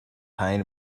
pain